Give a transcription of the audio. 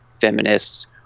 feminists